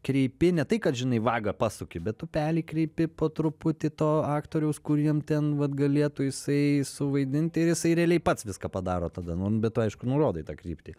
kreipi ne tai kad žinai vagą pasuki bet upelį kreipi po truputį to aktoriaus kur jam ten vat galėtų jisai suvaidinti ir jisai realiai pats viską padaro tada nu bet tu aišku nurodai tą kryptį